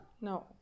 No